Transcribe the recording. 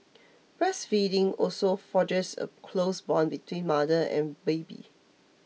breastfeeding also forges a close bond between mother and baby